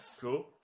cool